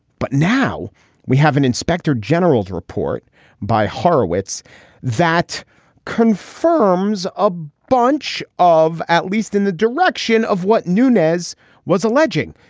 but now we have an inspector general's report by horowitz that confirms a bunch of at least in the direction of what nunez was alleging.